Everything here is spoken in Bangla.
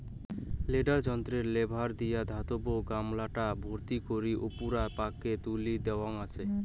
লোডার যন্ত্রর লেভার দিয়া ধাতব গামলাটা ভর্তি করি উপুরা পাকে তুলি দ্যাওয়া আচে